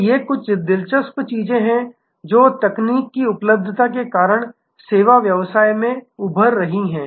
तो ये कुछ दिलचस्प चीजें हैं जो तकनीक की उपलब्धता के कारण सेवा व्यवसाय में उभर रही हैं